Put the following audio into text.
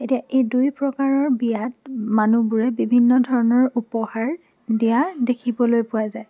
এতিয়া এই দুই প্ৰকাৰৰ বিয়াত মানুহবোৰে বিভিন্ন ধৰণৰ উপহাৰ দিয়া দেখিবলৈ পোৱা যায়